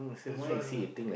that's why lah